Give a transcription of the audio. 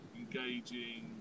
engaging